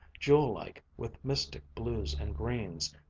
jewel-like with mystic blues and greens,